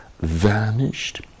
vanished